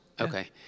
Okay